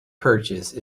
purchase